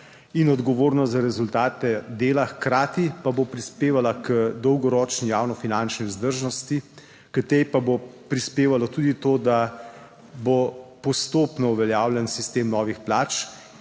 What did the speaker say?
in odgovornost za rezultate dela, hkrati pa bo prispevala k dolgoročni javnofinančni vzdržnosti. K tej pa bo prispevalo tudi to, da bo postopno uveljavljen sistem novih plač.